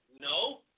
no